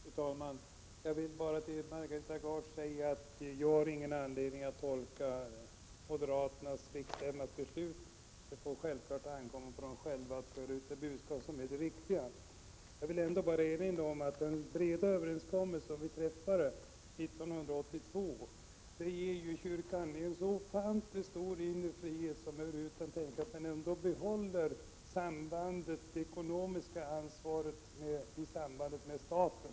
Fru talman! Till Margareta Gard vill jag bara säga att jag inte har någon anledning att tolka moderaternas riksstämmas beslut. Det får självfallet ankomma på dem själva att föra ut det budskap som är det riktiga. Jag vill ändå erinra om att den breda överenskommelse vi träffade 1982 gav kyrkan en så ofantligt stor inre frihet som över huvud taget kan tänkas, samtidigt som man ändå behöll det ekonomiska ansvaret i sambandet med staten.